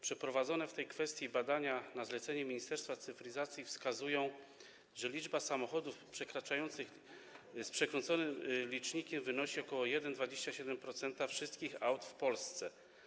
Przeprowadzone w tej kwestii badania na zlecenie Ministerstwa Cyfryzacji wskazują, że liczba samochodów z przekręconym licznikiem wynosi ok. 1,27% wszystkich aut w Polsce.